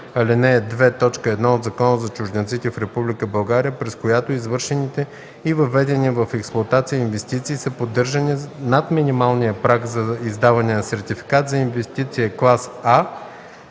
2, т. 1 от Закона за чужденците в Република България, през която извършените и въведени в експлоатация инвестиции са поддържани над минималния праг за издаване на сертификат за инвестиция клас А